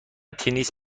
تنیس